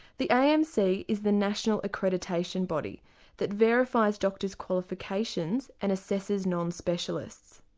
the amc is the national accreditation body that verifies doctor's qualifications and assesses non-specialists.